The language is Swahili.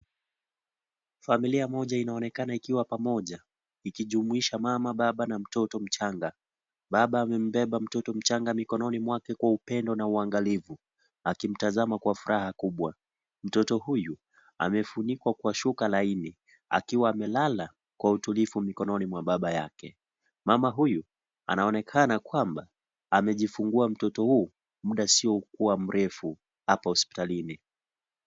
Familia moja inaonekana ikiwa pamoja, ikijumuisha mama baba na mtoto mchanga baba amembeba mtoto mchanga mikononi mwake kwa upendo na uangalifu, akimtazama kwa furaha kubwa, mtoto huyu amefunikwa kwa shuka laini akiwa amelala kwa utulivu mikononi mwa baba yake, mama huyu anaonekana kwamba amejifungua mtoto huu, muda usio kua mrefu hapo hospitalini.